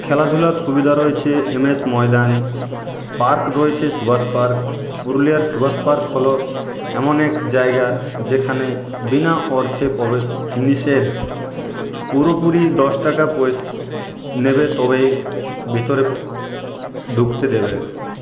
খেলাধুলার সুবিধা রয়েছে এম এস ময়দান পার্ক রয়েছে সুভাষ পার্ক পুরুলিয়ার সুভাষ পার্ক হলো এমন এক জায়গা যেখানে বিনা অর্থে প্রবেশ নিষেধ পুরোপুরি দশ টাকা প্রবেশ নেবে তবেই ভেতরে ঢুকতে দেবে